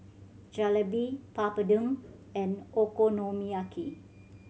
Jalebi Papadum and Okonomiyaki